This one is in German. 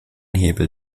hebel